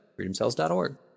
Freedomcells.org